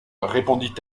répondit